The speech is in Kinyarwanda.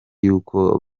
yuko